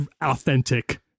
authentic